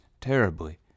terribly